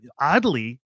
Oddly